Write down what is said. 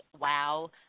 WOW